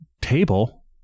table